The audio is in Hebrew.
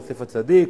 יוסף הצדיק.